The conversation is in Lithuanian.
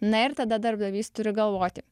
na ir tada darbdavys turi galvoti